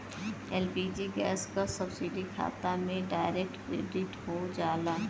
LPG gas क subsidy खाता में डायरेक्ट क्रेडिट हो जाला